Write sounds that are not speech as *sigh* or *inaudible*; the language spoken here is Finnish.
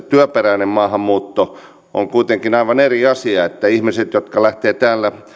*unintelligible* työperäinen maahanmuutto on kuitenkin aivan eri asia ihmiset jotka lähtevät täällä